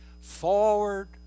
forward